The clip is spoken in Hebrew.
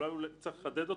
אבל אולי צריך לחדד אותו.